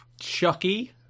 Chucky